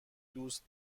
دوست